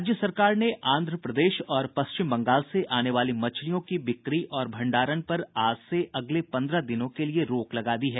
राज्य सरकार ने आंध्र प्रदेश और पश्चिम बंगाल से आने वाली मछलियों की बिक्री और भण्डारण पर आज से अगले पन्द्रह दिनों के लिए रोक लगा दी है